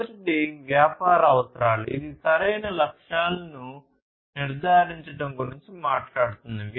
మొదటిది వ్యాపార అవసరాలు ఇది సరైన లక్ష్యాలను నిర్ణయించడం గురించి మాట్లాడుతుంది